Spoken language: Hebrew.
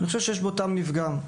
יש בו טעם נפגם.